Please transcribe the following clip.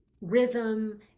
rhythm